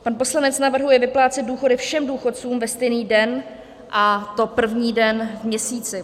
Pan poslanec navrhuje vyplácet důchody všem důchodcům ve stejný den, a to první den v měsíci.